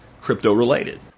crypto-related